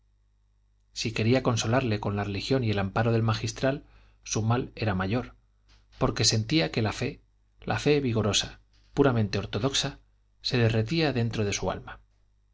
si quería consolarse con la religión y el amparo del magistral su mal era mayor porque sentía que la fe la fe vigorosa puramente ortodoxa se derretía dentro de su alma